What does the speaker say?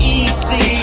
easy